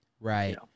Right